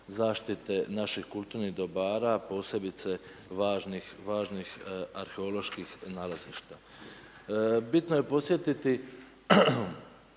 zaštite naših kulturnih dobara, posebice važnih arheoloških nalazišta. Bitno je podsjetiti